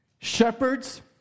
Shepherds